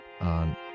on